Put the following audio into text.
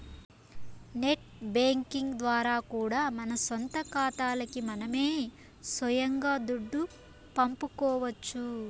net banking ద్వారా కూడా మన సొంత కాతాలకి మనమే సొయంగా దుడ్డు పంపుకోవచ్చు